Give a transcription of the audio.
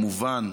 כמובן,